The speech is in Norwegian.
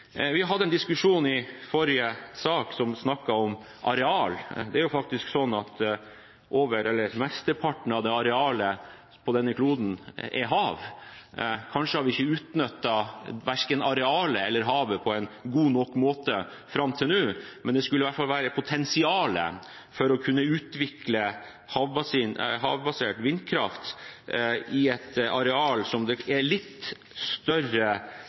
Vi hadde en diskusjon i forrige sak som handlet om areal. Det er faktisk sånn at mesteparten av arealet på denne kloden er hav. Kanskje har vi ikke utnyttet hverken landarealet eller havet på en god nok måte fram til nå, men det skulle i hvert fall være potensial for å utvikle havbasert vindkraft der det er litt større muligheter enn kanskje på de knappe arealene vi har på land. Så tror jeg også det er